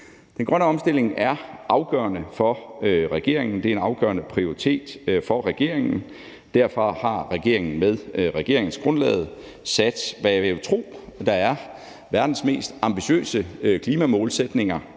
Den grønne omstilling er afgørende for regeringen. Det er en afgørende prioritet for regeringen, og derfor har regeringen med regeringsgrundlaget sat, hvad jeg vil tro er verdens mest ambitiøse klimamålsætninger,